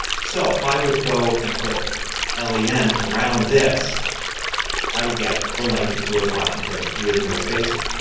so if i were to go and put len around this i would get the length of george washington with no spaces.